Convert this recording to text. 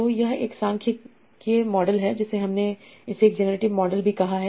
तो यह एक सांख्यिकीय मॉडल है जिसे हमने इसे एक जनरेटिव मॉडल भी कहा है